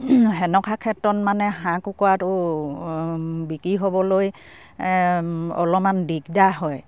হেনেকুৱা ক্ষেত্ৰত মানে হাঁহ কুকুৰাটো বিক্ৰী হ'বলৈ অলপমান দিগদাৰ হয়